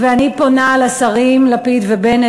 אני פונה לשרים לפיד ובנט,